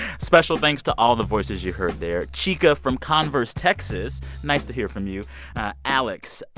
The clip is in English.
special thanks to all the voices you heard there chica from converse, texas nice to hear from you alex,